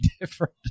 different